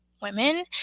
women